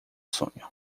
sonho